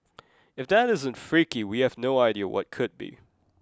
if that isn't freaky we have no idea what could be